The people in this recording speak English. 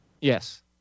Yes